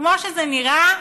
וכמו שזה נראה,